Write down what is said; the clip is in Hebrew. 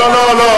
זה, לא, לא, לא.